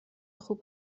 خوب